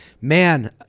Man